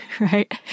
right